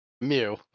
Mew